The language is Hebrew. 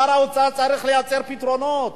שר האוצר צריך לייצר פתרונות,